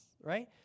Right